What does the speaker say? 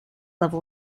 level